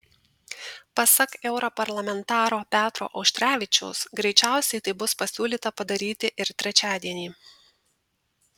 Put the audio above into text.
pasak europarlamentaro petro auštrevičiaus greičiausiai tai bus pasiūlyta padaryti ir trečiadienį